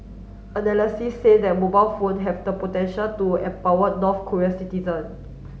analysis say that mobile phone have the potential to empower North Korean citizen